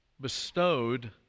bestowed